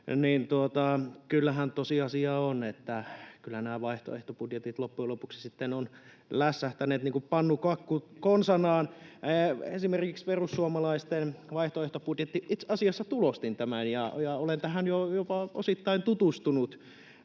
kyllähän tosiasia on, että nämä vaihtoehtobudjetit loppujen lopuksi sitten ovat lässähtäneet niin kuin pannukakku konsanaan. Esimerkiksi perussuomalaisten vaihtoehtobudjetti — itse asiassa tulostin tämän, ja olen tähän jo jopa osittain tutustunut.